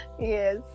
Yes